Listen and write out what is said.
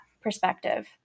perspective